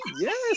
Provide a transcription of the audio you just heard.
Yes